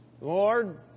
Lord